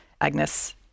Agnes